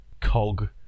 cog